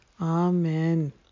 Amen